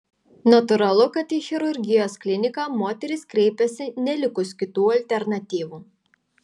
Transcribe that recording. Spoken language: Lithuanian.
natūralu kad į chirurgijos kliniką moterys kreipiasi nelikus kitų alternatyvų